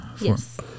Yes